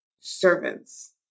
servants